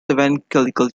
evangelical